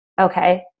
Okay